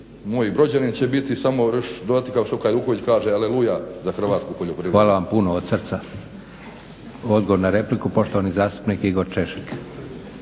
moj brođanin će biti samo rš, dodati kako Hajduković kaže "Aleluja za Hrvatsku poljoprivredu." **Leko, Josip (SDP)** Hvala vam puno od srca. Odgovor na repliku poštovani zastupnik Igor Češek.